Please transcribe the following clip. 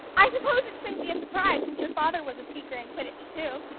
i suppose it shouldn't be a surprise since your father was a seeker in quidditch too.